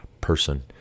person